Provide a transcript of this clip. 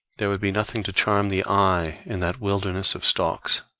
there would be nothing to charm the eye in that wilderness of stalks.